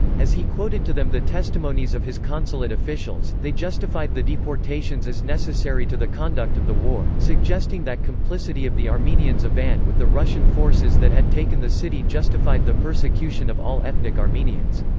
as he quoted to them the testimonies of his consulate officials, they justified the deportations as necessary to the conduct of the war, suggesting that complicity of the armenians of van with the russian forces that had taken the city justified the persecution of all ethnic armenians.